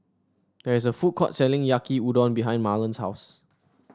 there is a food court selling Yaki Udon behind Marlon's house